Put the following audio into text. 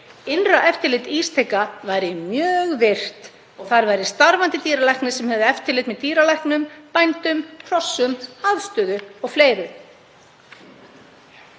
Innra eftirlit Ísteka væri mjög virkt og þar væri starfandi dýralæknir sem hefði eftirlit með dýralæknum, bændum, hrossum, aðstöðu o.fl.